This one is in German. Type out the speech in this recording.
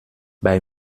bei